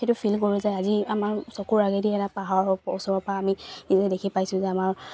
সেইটো ফিল কৰো যে আজি আমাৰ চকুৰ আগেদি এটা পাহাৰৰ ওচৰৰ পৰা আমি নিজে দেখি পাইছো যে আমাৰ